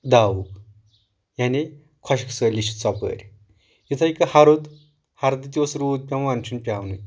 داوٗ یعنے خۄشِک سٲلی چھِ ژۄپٲرۍ اِتھٕے کٔنۍ ہرُد ہردِ تہِ اوس روٗد پٮ۪وان وۄنۍ چھُنہٕ پٮ۪ونٕے